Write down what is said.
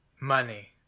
Money